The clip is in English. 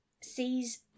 sees